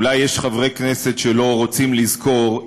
אולי יש חברי כנסת שלא רוצים לזכור,